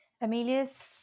Amelia's